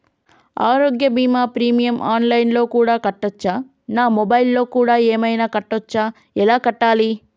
ఆరోగ్య బీమా premium online లో కూడా కట్టచ్చా? నా మొబైల్లో కూడా ఏమైనా కట్టొచ్చా? ఎలా కట్టాలి?